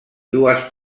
dues